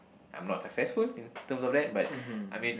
I'm not successful in terms of that but I mean